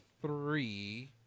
three